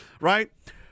Right